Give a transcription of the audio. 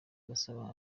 arasaba